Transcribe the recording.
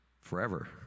forever